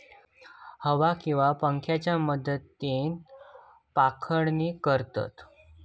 हवा किंवा पंख्याच्या मदतीन पाखडणी करतत